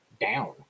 down